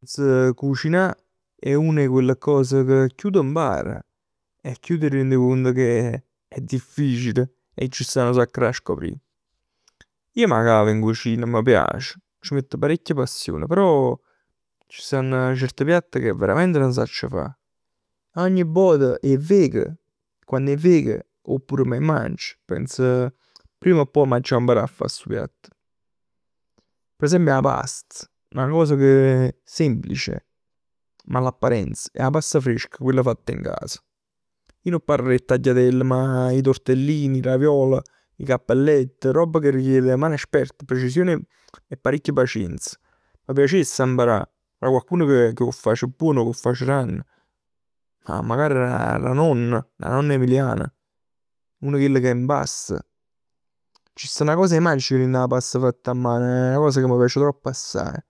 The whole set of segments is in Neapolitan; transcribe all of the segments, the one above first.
Cucinà è una 'e chelli cos ca chiù t' mpar e chiù t' riend cont che è difficile e c' sta nu sacc da scoprì. Ij m' 'a cavo in cucina, m' piace, c' mett nu sacc 'e passion, però c' stann certi piatt ca verament nun sacc fa. Ogni vot 'e veg. Quann 'e veg, oppure m' 'e mangio pens, prima o poi m'aggia imparà a fa stu piatt. Per esempio 'a pasta, 'na cosa che semplice all'apparenza. È 'a pasta fresca chella fatt in casa. Ij nun parlo d' 'e tagliatell, ma 'e tortellini, 'e raviol, 'e cappellett, roba ca richiede mani esperte, precisione e nu sacc 'e pacienz. M' piacess a imparà da cocched'un ca 'e face buon, ca 'e face d'anni, ma magari da 'na nonna, 'na nonna emiliana. Una 'e chell ca impasta. Ci sta 'na cosa 'e magica dint 'a pasta fatta a mano, è 'na cosa ca m' piace tropp assaje.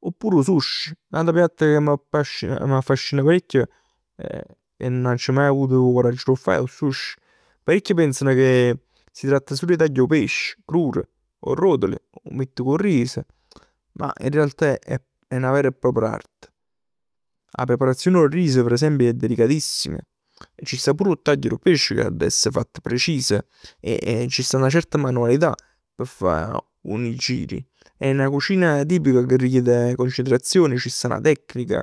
Oppure 'o sushi, n'ato piatto ca m'affascina, m'affascina parecchio e nun aggio maje avuto 'o coraggio d' 'o fa è 'o sushi. Paricchi pensano ca s' tratt sul 'e taglià 'o pesc crur, 'o arrotol, 'o miett cu 'o ris. Ma in realtà è 'na vera e propria arte. 'A preparazione d' 'o riso per esempio è delicatissima. Ci sta pur 'o taglio d' 'o pesce ca adda esse fatta precisa e e ci sta 'na certa manualità p' fa 'o nigiri. È 'na cucina tipica che richiede concentrazione, c' sta 'na tecnica.